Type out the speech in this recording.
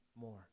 more